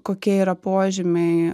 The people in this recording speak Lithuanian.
kokie yra požymiai